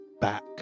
back